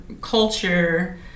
culture